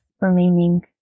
remaining